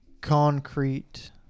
concrete